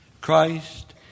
Christ